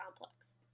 complex